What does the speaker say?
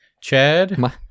Chad